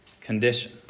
condition